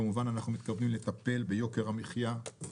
כמובן אנחנו מתכוונים לטפל ביוקר המחייה.